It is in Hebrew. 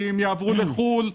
כי הם יעברו לחו"ל,